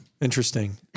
Interesting